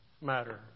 matter